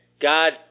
God